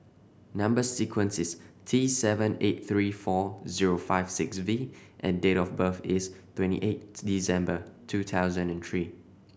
number sequence is T sevent eight three four zero five six V and date of birth is twenty eight December two thousand and three